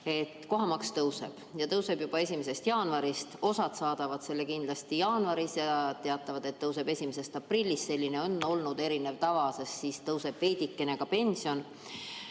kohamaks tõuseb – ja tõuseb juba 1. jaanuarist. Osa saadavad selle kindlasti jaanuaris ja teatavad, et tõuseb 1. aprillist, selline on olnud erinev tava, sest siis tõuseb veidikene ka pension.